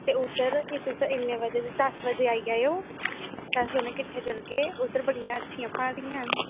ते उद्धर तुस एह् इन्ने दस्स बजे आई जायो अस दौनें किट्ठे चलगे उद्धर बड़ियां अच्छियां प्हाड़ियां न